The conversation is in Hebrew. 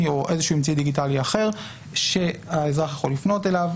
או איזה שהוא אמצעי דיגיטלי אחר שהאזרח יכול לפנות אליו,